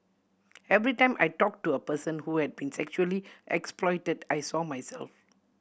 every time I talked to a person who had been sexually exploited I saw myself